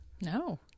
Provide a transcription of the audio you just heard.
No